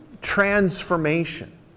transformation